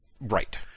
Right